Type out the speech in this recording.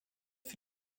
für